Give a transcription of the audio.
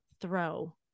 throw